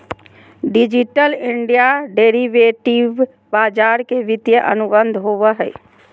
digital India derivative बाजार के वित्तीय अनुबंध होबो हइ